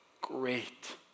great